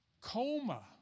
coma